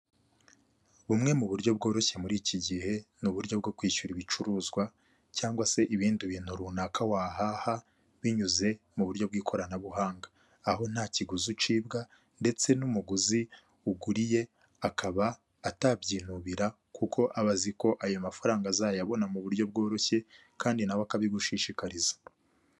Bumwe mu buryo bworoshye muri iki gihe, ni uburyo bwo kwishyura ibicuruzwa cyangwa se ibindi bintu runaka wahaha binyuze mu buryo bw'ikoranabuhang. Aho nta kiguzi ucibwa ndetse n'umuguzi uguriye akaba atabyinubira kuko aba azi ko ayo mafaranga azayabona mu buryo bworoshye, kandi nawe akabigushishikariza.